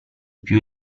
piú